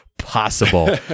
possible